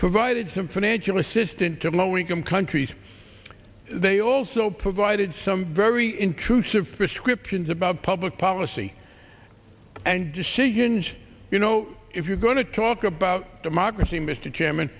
provided some financial assistance to low income countries they also provided some very intrusive prescriptions about public policy and decision just you know if you're going to talk about democracy mr chairman